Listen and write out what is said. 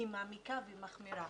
היא מעמיקה ומחמירה